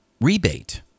rebate